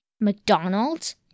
McDonald's